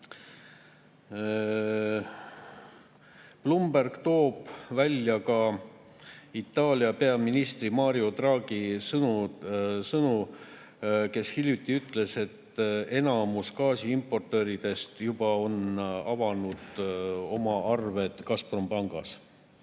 Bloomberg toob välja ka Itaalia peaministri Mario Draghi sõnad, kes hiljuti ütles, et enamik gaasiimportööre on juba avanud oma arve Gazprombankis.